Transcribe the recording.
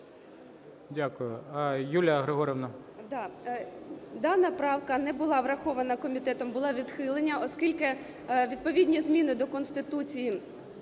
Дякую. Юлія Григорівна.